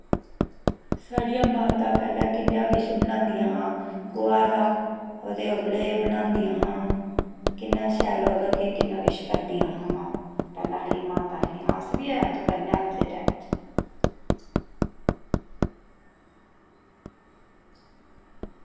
साढ़ियां माता पैह्लें कि'न्ना किश बनांदियां हा गोहा दा ओह्दे उपले बनांदियां हा कि'न्ना शैल ओह्दा केह् कि'न्ना किश करदियां हां पैह्लें साढ़ियां माता जेह्ड़ियां अस बी अज्ज करने आं अज्ज दे टैम च